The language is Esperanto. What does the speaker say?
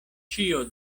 ĉio